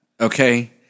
Okay